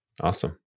Awesome